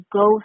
go